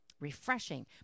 Refreshing